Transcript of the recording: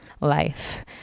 life